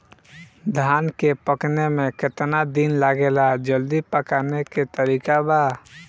धान के पकने में केतना दिन लागेला जल्दी पकाने के तरीका बा?